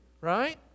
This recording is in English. right